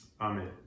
Amen